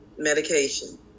medication